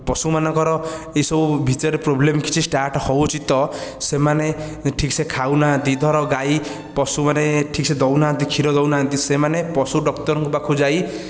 ପଶୁମାନଙ୍କର ଏସବୁ ଭିତରେ ପ୍ରୋବ୍ଲେମ କିଛି ଷ୍ଟାର୍ଟ ହେଉଛି ତ ସେମାନେ ଠିକ ସେ ଖାଉନାହାନ୍ତି ଧର ଗାଈ ପଶୁମାନେ ଠିକ ସେ ଦେଉ ନାହାନ୍ତି କ୍ଷୀର ଦେଉନାହାନ୍ତି ସେମାନେ ପଶୁ ଡାକ୍ତରଙ୍କ ପାଖକୁ ଯାଇ